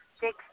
six